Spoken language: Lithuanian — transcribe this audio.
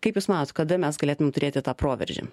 kaip jūs manot kada mes galėtumėm turėti tą proveržį